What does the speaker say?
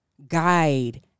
Guide